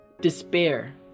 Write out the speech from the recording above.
despair